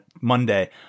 Monday